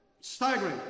Staggering